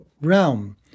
realm